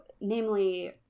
namely